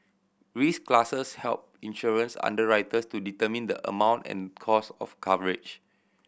risk classes help insurance underwriters to determine the amount and cost of coverage